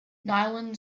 nylon